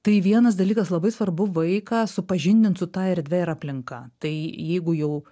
tai vienas dalykas labai svarbu vaiką supažindint su ta erdve ir aplinka tai jeigu jau